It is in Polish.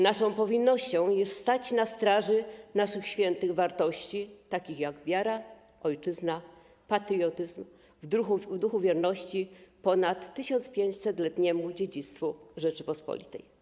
Naszą powinnością jest stać na straży naszych świętych wartości, takich jak wiara, ojczyzna, patriotyzm, w duchu wierności ponad 1500-letniemu dziedzictwu Rzeczypospolitej.